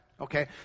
Okay